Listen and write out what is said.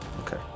Okay